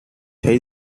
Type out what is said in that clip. thấy